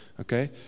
Okay